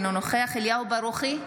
אינו נוכח אליהו ברוכי,